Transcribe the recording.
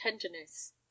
tenderness